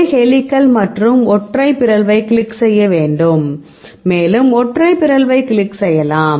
ஒரு ஹெலிகல் மற்றும் ஒற்றை பிறழ்வைக் கிளிக் செய்ய வேண்டும் மேலும் ஒற்றை பிறழ்வைக் கிளிக் செய்யலாம்